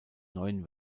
neuen